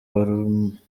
wamurashe